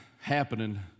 happening